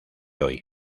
hoy